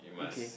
okay